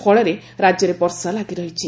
ଫଳରେ ରାଜ୍ୟରେ ବର୍ଷା ଲାଗିରହିଛି